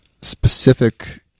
specific